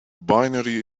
binary